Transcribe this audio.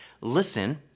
listen